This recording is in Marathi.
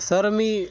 सर मी